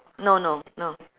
no no no